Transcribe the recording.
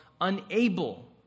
unable